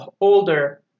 older